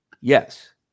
yes